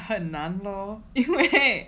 很难咯因为